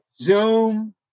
zoom